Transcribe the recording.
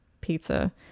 pizza